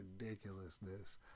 ridiculousness